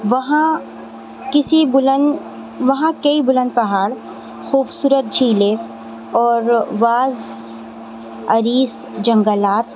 وہاں کسی بلند وہاں کئی بلند پہاڑ خوبصورت جھیلیں اور واز عریض جنگلات